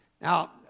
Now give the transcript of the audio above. Now